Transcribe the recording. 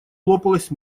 лопалась